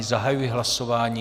Zahajuji hlasování.